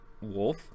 wolf